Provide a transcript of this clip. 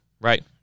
right